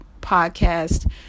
podcast